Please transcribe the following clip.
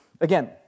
Again